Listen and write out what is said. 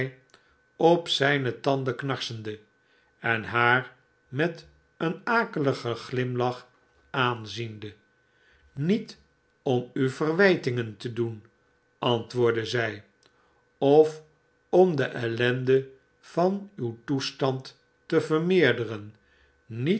op zijne tanden knarsendq en haar met een akeligen glimlach aanziende niet om u verwijtingen te doen antwoordde zij of om de ellende van uw toestand te vermeerderen niet